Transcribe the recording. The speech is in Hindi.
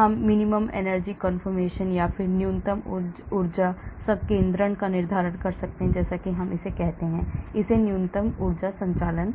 हम न्यूनतम ऊर्जा संकेंद्रण का निर्धारण कर सकते हैं जैसा कि हम इसे कहते हैं इसे न्यूनतम ऊर्जा संचलन